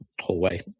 hallway